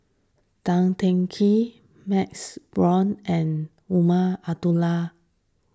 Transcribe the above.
Tan Teng Kee MaxLe Blond and Umar Abdullah